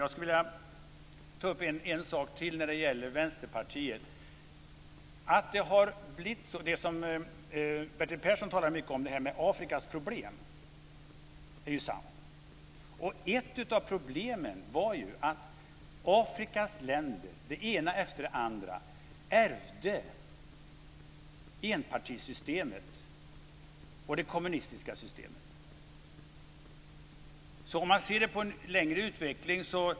Jag skulle vilja ta upp en sak till när det gäller Vänsterpartiet. Bertil Persson talade mycket om att Afrika har problem. Det är sant. Ett av problemen var att Afrikas länder, det ena efter det andra, ärvde enpartisystemet och det kommunistiska systemet.